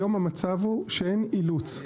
היום המצב הוא שאין אילוץ,